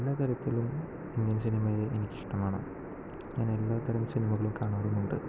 എല്ലാ കാര്യത്തിലും ഇന്ത്യൻ സിനിമയെ എനിക്കിഷ്ടമാണ് ഞാനെല്ലാ തരം സിനിമകളും കാണാറുമുണ്ട്